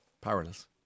Powerless